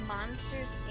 Monsters